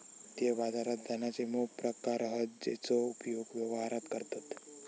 वित्तीय बाजारात धनाचे मोप प्रकार हत जेचो उपयोग व्यवहारात करतत